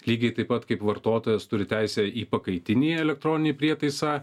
lygiai taip pat kaip vartotojas turi teisę į pakaitinį elektroninį prietaisą